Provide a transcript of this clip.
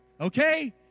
Okay